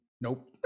nope